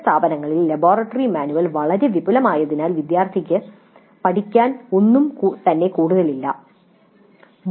ചില സ്ഥാപനങ്ങളിൽ ലബോറട്ടറി മാനുവലുകൾ വളരെ വിപുലമായതിനാൽ വിദ്യാർത്ഥിക്ക് പഠിക്കാൻ കൂടുതൽ ഒന്നും തന്നെയില്ല